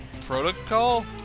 protocol